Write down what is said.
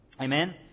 Amen